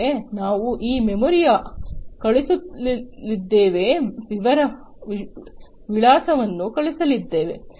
ಮೊದಲಿಗೆ ನಾವು ಈ ಮೆಮೊರಿಯನ್ನು ಕಳುಹಿಸಲಿದ್ದೇವೆ ವಿಳಾಸವನ್ನು ಕಳುಹಿಸಲಿದ್ದೇವೆ